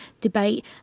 debate